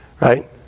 right